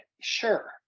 sure